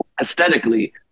aesthetically